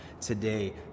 today